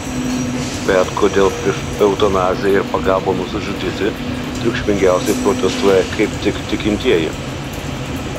bet kodėl prieš eutanaziją ir pagalbą nusižudyti triukšmingiausiai protestuoja kaip tik tikintieji